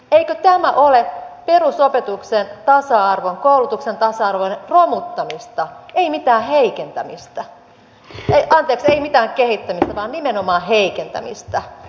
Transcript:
eikö tämä ole perusopetuksen tasa arvon koulutuksen tasa arvon romuttamista ei mitään kehittämistä vaan nimenomaan heikentämistä